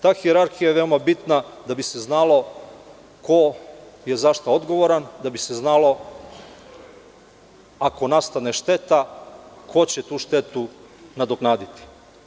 Ta hijerarhija je veoma bitna da bi se znalo ko je za šta odgovoran, da bi se znalo ako nastane šteta, ko će tu štetu nadoknaditi.